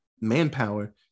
manpower